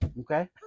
okay